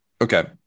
okay